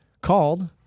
called